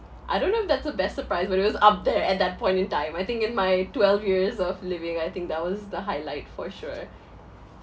I don't know if that's the best surprise but it was up there at that point in time I think in my twelve years of living I think that was the highlight for sure